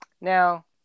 Now